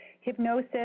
hypnosis